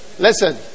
Listen